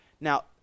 Now